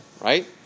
right